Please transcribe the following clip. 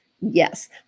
yes